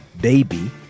baby